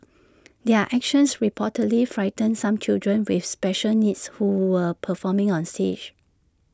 their actions reportedly frightened some children with special needs who were performing on stage